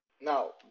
now